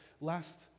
Last